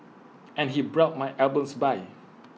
and he brought my albums by